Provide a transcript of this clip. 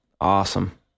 Awesome